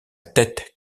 tête